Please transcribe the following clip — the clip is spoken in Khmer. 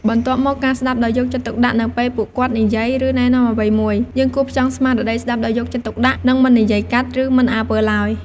បន្ទាប់មក ការស្ដាប់ដោយយកចិត្តទុកដាក់នៅពេលពួកគាត់និយាយ ឬណែនាំអ្វីមួយ យើងគួរផ្ចង់ស្មារតីស្ដាប់ដោយយកចិត្តទុកដាក់ និងមិននិយាយកាត់ ឬមិនអើពើទ្បើយ។